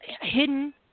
hidden